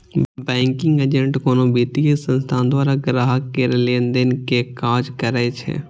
banking agent कोनो वित्तीय संस्थान द्वारा ग्राहक केर लेनदेन के काज करै छै